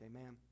Amen